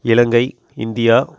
Ilangai India